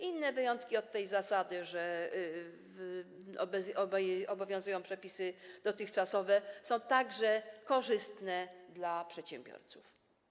Inne wyjątki od tej zasady, że obowiązują przepisy dotychczasowe, są także korzystne dla przedsiębiorców.